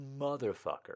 motherfucker